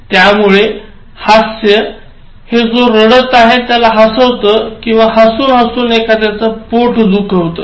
त्यामुळे हास्य हे जो रडत आहे त्याला हसवत किंवा हसून हसून एखाद्याच पोट दुखवत